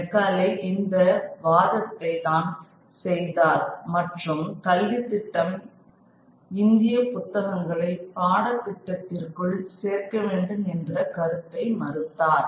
Macaulay இந்த வாதத்தை தான் செய்தார் மற்றும் கல்வித்திட்டம் இந்திய புத்தகங்களை பாடத்திட்டத்திற்குள் சேர்க்க வேண்டும் என்ற கருத்தை மறுத்தார்